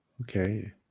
Okay